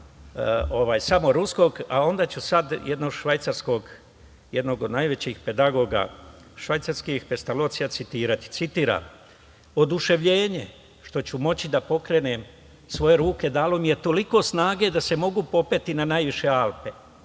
„Oduševljenje što ću moći da pokrenem svoje ruke dalo mi je toliko snage da se mogu popeti na najviše Alpe,